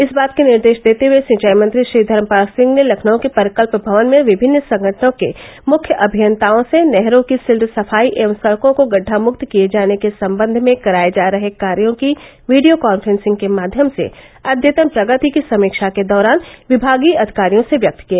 इस बात के निर्देश देते हये सिंचाई मंत्री श्री धर्मपाल सिंह ने लखनऊ के परिकल्प भवन में विभिन्न संगठनों के मुख्य अभियन्ताओं से नहरों की सिल्ट सफाई एवं सड़कों को गड्डा मुक्त किए जाने के संबंध में कराये जा रहे कार्यों की वीडियों कॉन्फ्रेसिंग के माध्यम से अध्यतन प्रगति की समीक्षा के दौरान विभागीय अधिकारियों से व्यक्त किए